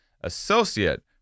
associate